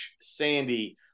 Sandy